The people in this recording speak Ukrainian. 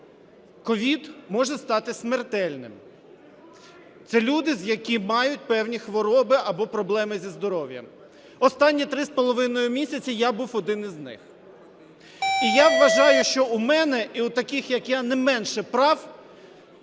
COVID може стати смертельним, це люди, які мають певні хвороби або проблеми зі здоров'ям. Останні 3,5 місяці я був одним із них. І я вважаю, що в мене і в таких як я не менше прав